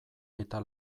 eta